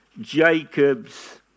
Jacob's